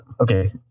Okay